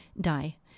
die